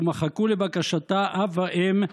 ומחקו לבקשתה "אב" ו"אם"